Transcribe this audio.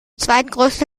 zweitgrößte